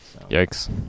Yikes